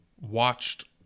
watched